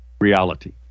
reality